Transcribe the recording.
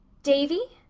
davy?